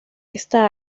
esta